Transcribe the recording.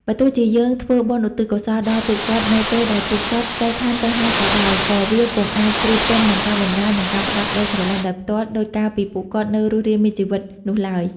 បើទោះជាយើងធ្វើបុណ្យឧទ្ទិសកុសលដល់ពួកគាត់នៅពេលដែលពួកគាត់ចែកឋានទៅហើយក៏ដោយ ក៏វាពុំអាចប្រៀបផ្ទឹមនឹងការបម្រើ និងការផ្តល់ក្តីស្រឡាញ់ដោយផ្ទាល់ ដូចកាលពីពួកគាត់នៅរស់រានមានជីវិតនោះឡើយ។